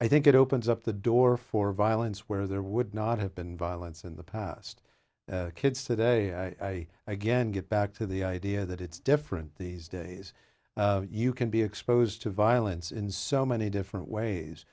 i think it opens up the door for violence where there would not have been violence in the past kids today i again get back to the idea that it's different these days you can be exposed to violence in so many different ways